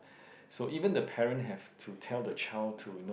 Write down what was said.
so even the parent have to tell the child to you know